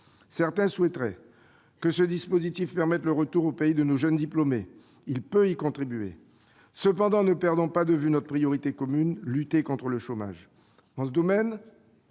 Certains souhaiteraient que le dispositif permette le retour au pays de nos jeunes diplômés. Il peut y contribuer. Cependant, ne perdons pas de vue notre priorité commune : lutter contre le chômage.